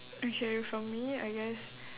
okay for me I guess